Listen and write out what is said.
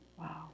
Wow